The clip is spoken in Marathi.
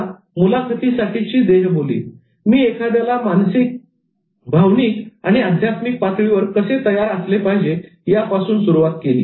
आता मुलाखतीसाठीची देहबोली मी एखाद्याला मानसिक भावनिक आणि अध्यात्मिक पातळीवर कसे तयार असले पाहिजे यापासून सुरुवात केली